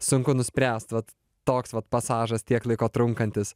sunku nuspręst vat toks vat pasažas tiek laiko trunkantis